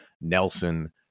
Nelson